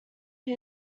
who